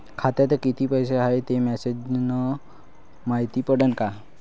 खात्यात किती पैसा हाय ते मेसेज न मायती पडन का?